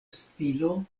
stilo